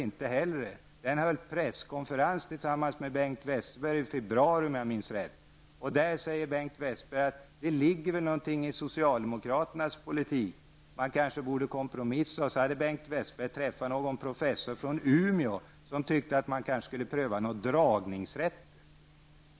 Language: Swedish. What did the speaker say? Om jag minns rätt höll den presskonferens tillsammans med Bengt Westerberg i februari. Bengt Westerberg sade att det väl ligger någonting i socialdemokraternas politik, man borde kanske kompromissa. Sedan hade Bengt Westerberg träffat någon professor från Umeå, som tyckte att man kanske skulle pröva dragningsrätter.